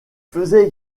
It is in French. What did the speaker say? faisait